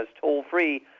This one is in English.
toll-free